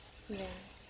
ya